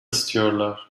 istiyorlar